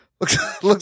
looks